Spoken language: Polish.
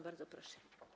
Bardzo proszę.